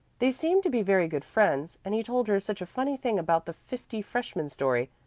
they seem to be very good friends, and he told her such a funny thing about the fifty-freshmen story.